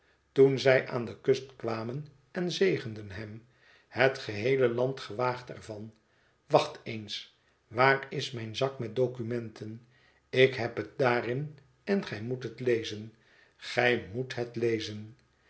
toen zij aan de kust kwamen en zegenden hem het geheele laïld gewaagt er van wacht eens waar is mijn zak met documenten ik heb het daarin en gij moet het lezen gij moet het lezen